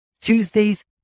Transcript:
Tuesdays